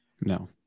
No